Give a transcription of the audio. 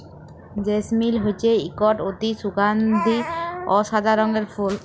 জেসমিল হছে ইকট অতি সুগাল্ধি অ সাদা রঙের ফুল